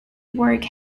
work